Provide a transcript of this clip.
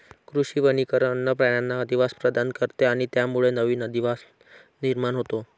कृषी वनीकरण वन्य प्राण्यांना अधिवास प्रदान करते आणि त्यामुळे नवीन अधिवास निर्माण होतो